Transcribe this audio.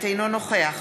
אינו נוכח